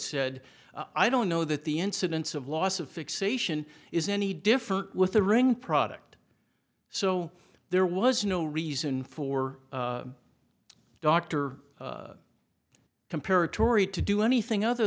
said i don't know that the incidence of loss of fixation is any different with the ring product so there was no reason for doctor compare a tory to do anything other